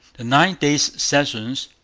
nine days' session,